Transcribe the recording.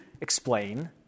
explain